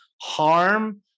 harm